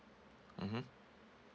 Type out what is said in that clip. mmhmm